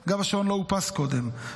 גם השעון לא אופס קודם,